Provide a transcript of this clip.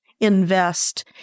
invest